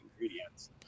ingredients